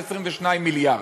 22-21 מיליארד.